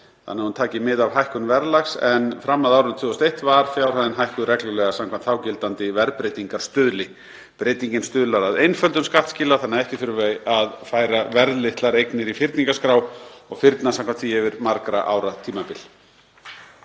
þannig að hún taki mið af hækkun verðlags en fram að árinu 2001 var fjárhæðin hækkuð reglulega samkvæmt þágildandi verðbreytingarstuðli. Breytingin stuðlar að einföldun skattskila þannig að ekki þurfi að færa verðlitlar eignir í fyrningarskrá og fyrna samkvæmt því yfir margra ára tímabil.